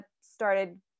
started